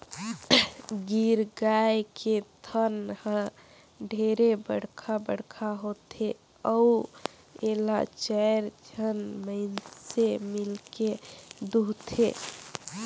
गीर गाय के थन हर ढेरे बड़खा बड़खा होथे अउ एला चायर झन मइनसे मिलके दुहथे